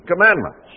commandments